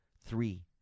Three